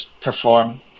perform